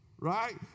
Right